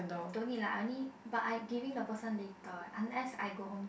don't need lah I only but I giving the person later eh unless I go home